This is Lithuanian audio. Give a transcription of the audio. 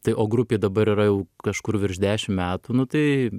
tai o grupei dabar yra jau kažkur virš dešim metų nu tai